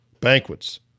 banquets